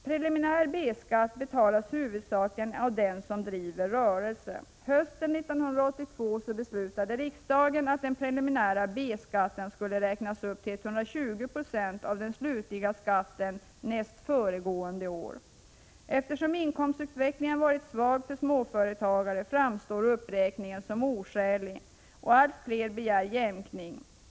Preliminär B-skatt betalas huvudsakligen av den som driver rörelse. Hösten 1982 beslutade riksdagen att den preliminära B-skatten skulle räknas upp till 120 96 av den slutliga skatten nästföregående år. Eftersom inkomstutvecklingen varit svag för småföretagare framstår uppräkningen som oskälig, och allt fler begär jämkning.